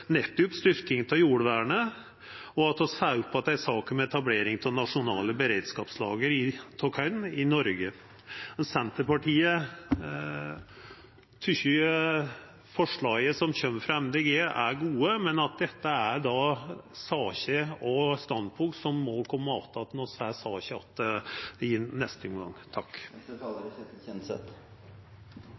opp att ei sak om etablering av nasjonale beredskapslager av korn i Noreg. Senterpartiet tykkjer forslaga som kjem frå Miljøpartiet Dei Grøne, er gode, men at dette er saker og standpunkt som må koma att når vi får saka att i neste omgang.